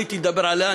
עליתי לדבר עליה.